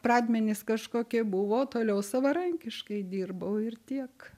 pradmenys kažkokie buvo o toliau savarankiškai dirbau ir tiek